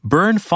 Burn